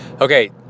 Okay